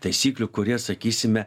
taisyklių kurias sakysime